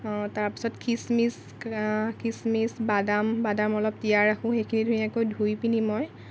তাৰ পাছত খিচমিচ খিচমিচ বাদাম বাদাম অলপ তিয়াই ৰাখোঁ সেইখিনি ধুনীয়াকৈ ধুই পিনি মই